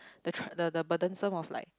the trou~ the the burden some of like